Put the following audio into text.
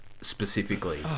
specifically